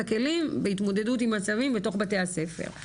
הכלים בהתמודדות עם הסמים בתוך בתי הספר,